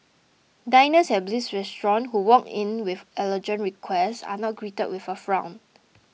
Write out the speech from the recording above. diners at Bliss Restaurant who walk in with allergen requests are not greeted with a frown